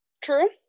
True